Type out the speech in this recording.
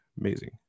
amazing